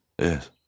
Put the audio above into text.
Yes